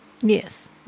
Yes